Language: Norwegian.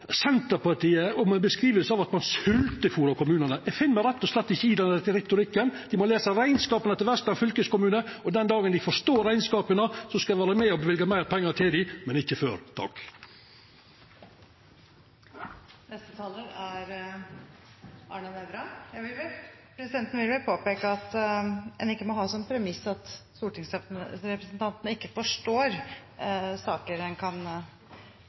Senterpartiet om og gjev ei beskriving av at ein sveltefôrar kommunane. Eg finn meg rett og slett ikkje i den retorikken. Dei må lesa rekneskapane til Vestland fylkeskommune, og den dagen dei forstår rekneskapane, skal eg vera med og løyva meir pengar til dei, men ikkje før. Presidenten vil påpeke at en ikke må ha som premiss at stortingsrepresentantene ikke forstår saker, og at